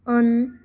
on